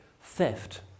theft